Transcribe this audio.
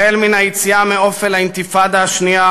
החל מהיציאה מאופל האינתיפאדה השנייה,